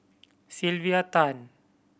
Sylvia Tan